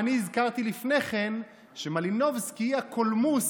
אני הזכרתי לפני כן שמלינובסקי היא הקולמוס